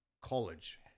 College